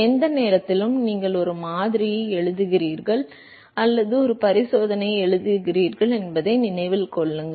எந்த நேரத்திலும் நீங்கள் ஒரு மாதிரியை எழுதுகிறீர்கள் அல்லது ஒரு பரிசோதனையை எழுதுகிறீர்கள் என்பதை நினைவில் கொள்ளுங்கள்